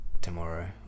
tomorrow